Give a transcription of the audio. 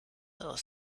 aus